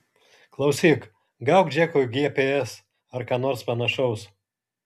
klausyk gauk džekui gps ar ką nors panašaus